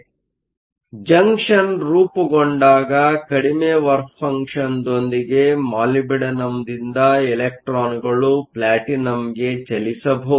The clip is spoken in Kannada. ಆದ್ದರಿಂದ ಜಂಕ್ಷನ್ ರೂಪುಗೊಂಡಾಗ ಕಡಿಮೆ ವರ್ಕ್ ಫಂಕ್ಷನ್Work functionದೊಂದಿಗೆ ಮಾಲಿಬ್ಡಿನಮ್ನಿಂದ ಇಲೆಕ್ಟ್ರಾನ್ಗಳು ಪ್ಲಾಟಿನಂಗೆ ಚಲಿಸಬಹುದು